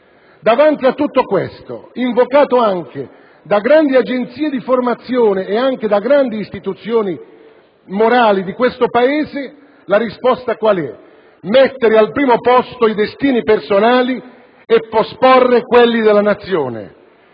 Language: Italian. Davanti a questa esigenza - invocata anche da grandi agenzie di formazione e da grandi istituzioni morali di questo Paese - la risposta qual è? Mettere al primo posto i destini personali e posporre quelli della Nazione;